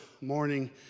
morning